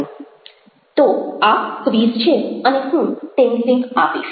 તો આ ક્વિઝ છે અને હું તેની લિન્ક આપીશ